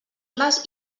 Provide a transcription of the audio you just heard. les